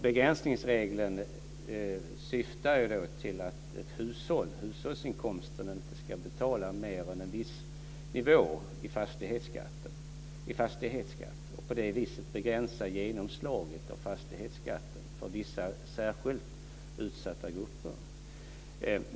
Begränsningsregeln syftar till att ett hushåll inte ska betala mer än en viss del av sin inkomst i fastighetsskatt och på det sättet begränsa genomslaget av fastighetsskatten för vissa särskilt utsatta grupper.